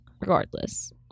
Regardless